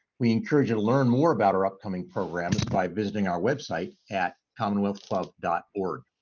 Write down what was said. we encourage you to learn more about our upcoming programs by visiting our website at commonwealth club dot org